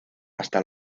hasta